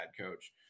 coach